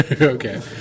Okay